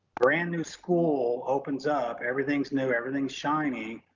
brand new school opens up, everything's new, everything's shiny.